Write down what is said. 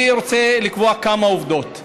אני רוצה לקבוע כמה עובדות: